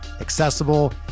accessible